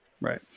Right